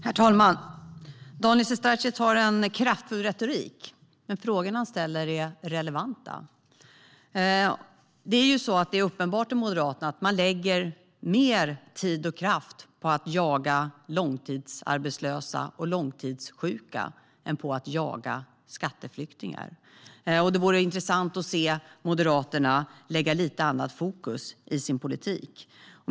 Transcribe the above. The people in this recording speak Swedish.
Herr talman! Daniel Sestrajcic har en kraftfull retorik, men de frågor han ställer är relevanta. Det är uppenbart att Moderaterna lägger mer tid och kraft på att jaga långtidsarbetslösa och långtidssjuka än på att jaga skatteflyktingar. Det vore intressant att se Moderaterna lägga fokus på lite annat i sin politik.